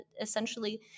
essentially